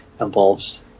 involves